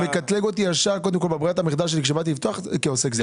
מקטלג אותי ישר בברירת המחדל שלי כשבאתי לפטור כעוסק זעיר.